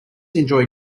enjoy